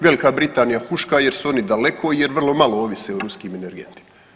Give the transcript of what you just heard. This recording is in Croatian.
Velika Britanija huška jer su oni daleko jer vrlo malo ovise o ruskim energentima.